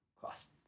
cost